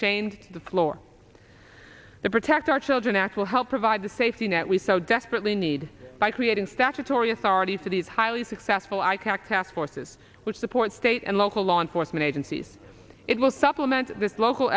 change the floor the protect our children act will help provide the safety net we so desperately need by creating statutory authorities that is highly successful aipac task forces which support state and local law enforcement agencies it will supplement this local